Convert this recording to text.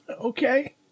Okay